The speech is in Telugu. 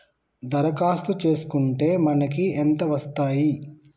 దరఖాస్తు చేస్కుంటే మనకి ఎంత వస్తాయి?